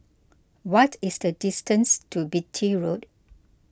what is the distance to Beatty Road